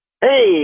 Hey